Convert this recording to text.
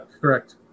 correct